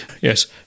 Yes